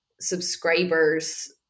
subscribers